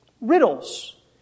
riddles